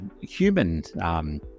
human